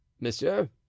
monsieur